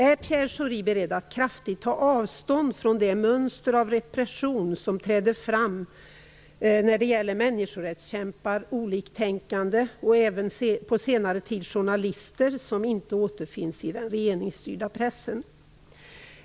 Är Pierre Schori beredd att kraftigt ta avstånd från det mönster av repression som träder fram när det gäller människorättskämpar, oliktänkande och även på senare tid journalister som inte återfinns i den regeringsstyrda pressen?